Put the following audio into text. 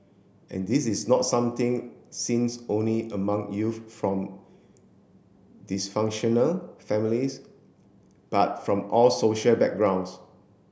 and this is not something seems only among youth from dysfunctional families but from all social backgrounds